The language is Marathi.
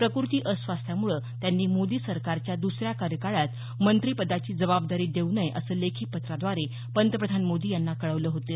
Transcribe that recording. प्रकृती अस्वास्थामुळे त्यांनी मोदी सरकारच्या दुसऱ्या कार्यकाळात मंत्रिपदाची जबाबदारी देऊ नये असं लेखी पत्राद्वारे पंतप्रधान मोदी यांना कळवलं होतं